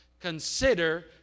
consider